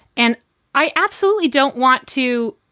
and i absolutely don't want to,